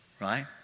right